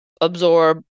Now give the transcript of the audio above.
absorb